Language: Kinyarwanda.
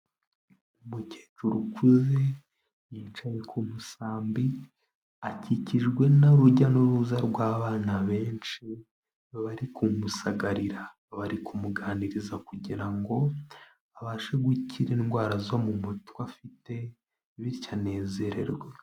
Umukecuru ukuze yicaye ku musambi akikijwe n'urujya n'uruza rw'abana benshi, bari kumusagarira, bari kumuganiriza kugira ngo abashe gukira indwara zo mu mutwe afite bityo anezererwa.